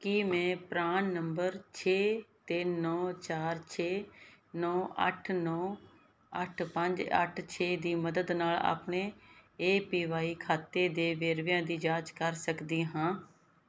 ਕੀ ਮੈਂ PRAN number ਛੇ ਤਿੰਨ ਨੌਂ ਚਾਰ ਛੇ ਨੌਂ ਅੱਠ ਨੌਂ ਅੱਠ ਪੰਜ ਅੱਠ ਛੇ ਦੀ ਮਦਦ ਨਾਲ ਆਪਣੇ ਏ ਪੀ ਵਾਈ ਖਾਤੇ ਦੇ ਵੇਰਵਿਆਂ ਦੀ ਜਾਂਚ ਕਰ ਸਕਦੀ ਹਾਂ